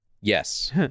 Yes